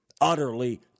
Utterly